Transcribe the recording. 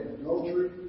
Adultery